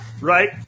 Right